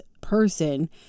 person